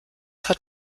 hat